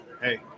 hey